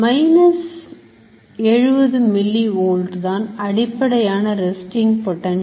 Minus 70 milli Volt தான் அடிப்படையான Resting potential